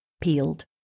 peeled